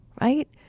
right